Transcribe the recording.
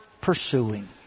pursuing